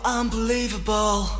unbelievable